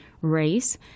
race